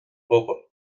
bpobal